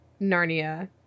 Narnia